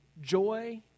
joy